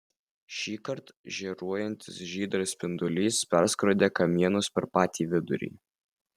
šįkart žėruojantis žydras spindulys perskrodė kamienus per patį vidurį